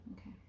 okay